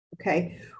okay